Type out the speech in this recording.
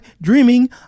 dreaming